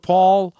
Paul